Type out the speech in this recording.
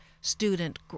student